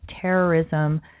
Terrorism